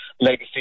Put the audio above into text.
legacy